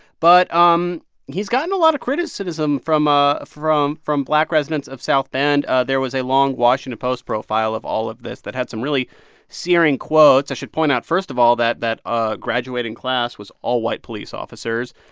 but um he's gotten a lot of criticism from ah from black residents of south bend. ah there was a long washington post profile of all of this that had some really searing quotes. i should point out, first of all, that that ah graduating class was all white police officers.